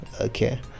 Okay